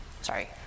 sorry